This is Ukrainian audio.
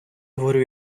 говорю